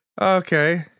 okay